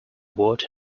word